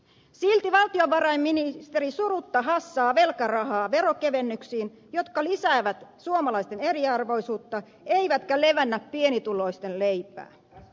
silti valtiovarainministeri surutta hassaa velkarahaa veronkevennyksiin jotka lisäävät suomalaisten eriarvoisuutta eivätkä levennä pienituloisten leipää